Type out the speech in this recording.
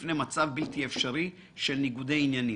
בפני מצב בלתי אפשרי של ניגודי עניינים.